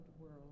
world